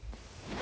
wet ah